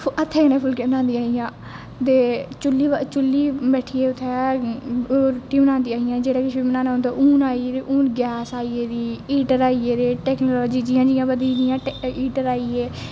हत्थै कन्नै फुल्के बनांदी हियां दे चुल्ली बैठियै उत्थै रोटी बानदी ही जेहड़ा किश बी बनाना होंदा हून आई गेदे गैस आई गेदे हीटर आई गेदे टेक्नोलाजी जियां जियां बधी हीटर आई गे